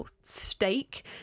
steak